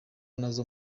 nazo